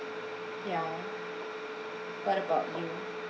ya what about you